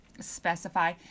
specify